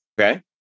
Okay